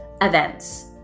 events